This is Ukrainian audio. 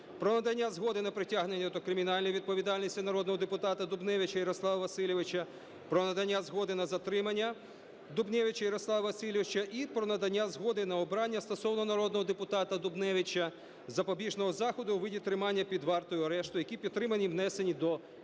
про надання згоди на притягнення до кримінальної відповідальності народного депутата Дубневича Ярослава Васильовича, про надання згоди на затримання Дубневича Ярослава Васильовича і про надання згоди на обрання стосовно народного депутата Дубневича запобіжного заходу у виді тримання під вартою (арешту), які підтримані і внесені до